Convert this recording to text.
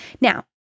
Now